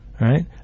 right